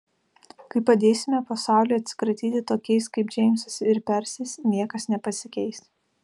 kai padėsime pasauliui atsikratyti tokiais kaip džeimsas ir persis niekas nepasikeis